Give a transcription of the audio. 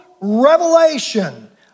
revelation